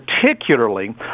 particularly